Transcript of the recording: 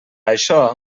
això